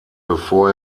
bevor